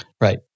right